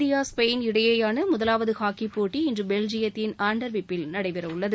India Spain இடையேயான முதலாவது ஹாக்கிப்போட்டி இன்று பெல்ஜியத்தின் ஆண்டர்விப்பில் நடைபெறவுள்ளது